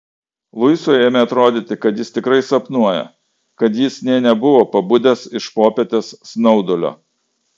luisui ėmė atrodyti kad jis tikrai sapnuoja kad jis nė nebuvo pabudęs iš popietės snaudulio